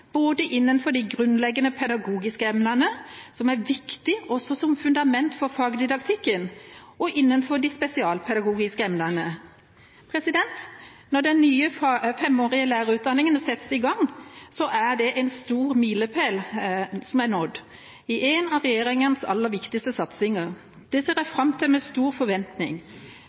både innenfor de grunnleggende pedagogiske emnene som er viktig også som fundament for fagdidaktikken, og innenfor de spesialpedagogiske emnene. Når den nye femårige lærerutdanningen settes i gang, er det en stor milepæl som er nådd i en av regjeringas aller viktigste satsinger. Det ser jeg fram til med stor forventning.